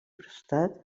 prestat